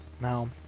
Now